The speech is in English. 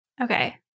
Okay